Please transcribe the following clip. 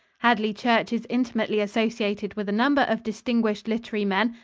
hadley church is intimately associated with a number of distinguished literary men,